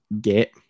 get